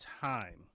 Time